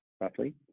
roughly